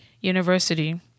University